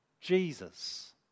Jesus